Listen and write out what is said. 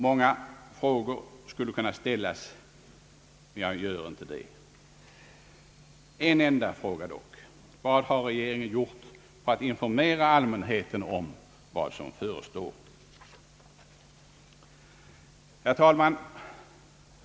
Många frågor skulle kunna ställas, men jag gör inte det. En enda fråga dock: Vad har regeringen gjort för att informera allmänheten om vad som förestår ? Herr talman!